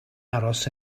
aros